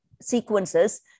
sequences